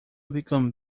become